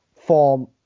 form